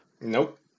nope